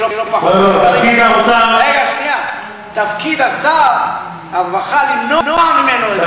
תפקיד שר הרווחה למנוע את זה ממנו,